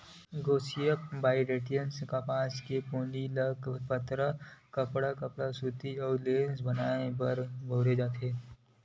Gossypium barbadense कपसा के पोनी ल पातर कपड़ा, सूत अउ लेस बनाए म बउरे जाथे